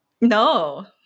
No